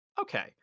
Okay